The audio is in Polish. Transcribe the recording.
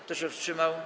Kto się wstrzymał?